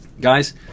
guys